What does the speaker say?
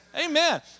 Amen